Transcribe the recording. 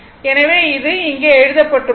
எனவே அது இங்கே எழுதப்பட்டுள்ளது